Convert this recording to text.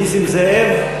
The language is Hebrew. נסים זאב?